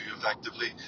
effectively